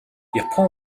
япон